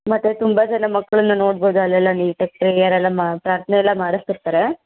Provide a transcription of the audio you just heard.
ಮತ್ತು ತುಂಬ ಜನ ಮಕ್ಳನ್ನ ನೋಡ್ಬೌದು ಅಲ್ಲೆಲ್ಲ ನೀಟಾಗಿ ಪ್ರೇಯರೆಲ್ಲ ಮಾಡ್ತಾ ಪ್ರಾರ್ಥನೆ ಎಲ್ಲ ಮಾಡಿಸ್ತಿರ್ತಾರೆ